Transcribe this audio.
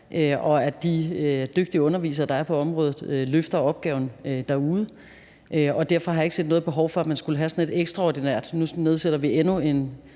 og at de dygtige undervisere, der er på området, løfter opgaven derude. Derfor har jeg ikke set noget behov for, at man skulle have sådan et ekstraordinært nævn, hvor vi siger: